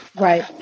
Right